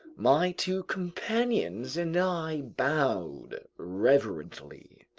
my two companions and i bowed reverently.